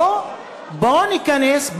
בואו ניכנס,